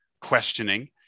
questioning